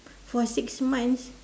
for six months